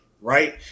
right